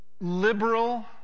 liberal